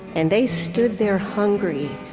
and they stood there, hungry.